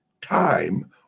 time